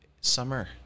summer